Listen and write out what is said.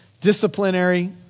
disciplinary